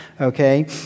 okay